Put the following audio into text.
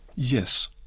yes.